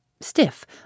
Stiff